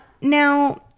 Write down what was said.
Now